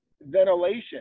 ventilation